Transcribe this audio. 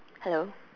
hello